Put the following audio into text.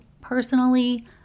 Personally